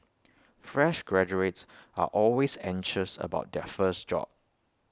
fresh graduates are always anxious about their first job